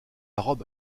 robe